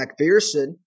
McPherson